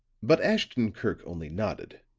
but ashton-kirk only nodded